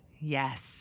Yes